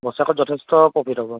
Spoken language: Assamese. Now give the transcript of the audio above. বছৰেকত যথেষ্ট প্ৰফিট হ'ব